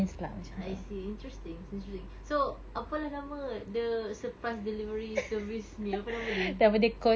I see interesting it's interesting so apa lah nama the surprise delivery service ni apa nama dia